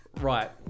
Right